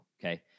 Okay